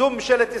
זו ממשלת ישראל.